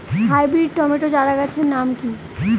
Hybrid tomato চারাগাছের নাম কি?